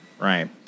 Right